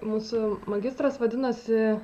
mūsų magistras vadinosi